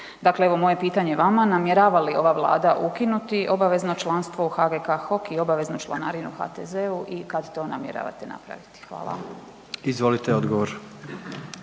Dakle evo moje pitanje vama, namjerava li ova vlada ukinuti obavezno članstvo u HGK i HOK i obaveznu članarinu HTZ-u i kad to namjeravate napraviti? Hvala. **Jandroković,